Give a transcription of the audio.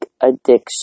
addiction